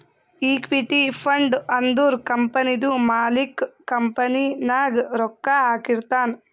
equity fund ಅಂದುರ್ ಕಂಪನಿದು ಮಾಲಿಕ್ಕ್ ಕಂಪನಿ ನಾಗ್ ರೊಕ್ಕಾ ಹಾಕಿರ್ತಾನ್